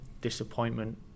disappointment